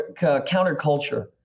counterculture